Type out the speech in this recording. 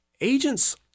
agents